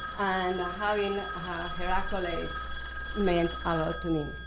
and having her accolades meant a lot to me.